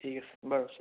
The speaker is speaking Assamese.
ঠিক আছে বাৰু ছাৰ